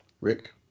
Rick